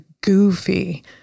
goofy